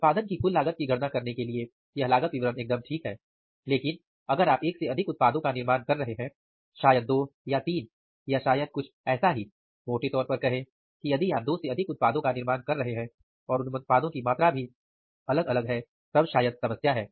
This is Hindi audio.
उत्पादन की कुल लागत की गणना करने के लिए यह लागत विवरण एकदम ठीक हैलेकिन अगर आप एक से अधिक उत्पादों का निर्माण कर रहे हैं शायद दो या तीन या शायद कुछ ऐसा ही मोटे तौर पर कहे कि यदि आप दो से अधिक उत्पादों का निर्माण कर रहे हैं और उन उत्पादों की मात्रा भी अलग अलग है तब शायद समस्या है